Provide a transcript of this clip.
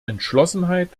entschlossenheit